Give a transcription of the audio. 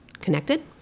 connected